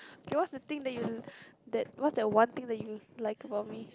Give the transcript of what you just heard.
okay what's the thing that you that what's that one thing that you like about me